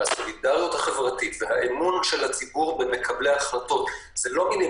הסולידריות החברתית והאמון של הציבור במקבלי ההחלטות הן לא מילות